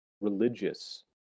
religious